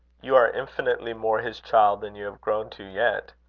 you are infinitely more his child than you have grown to yet.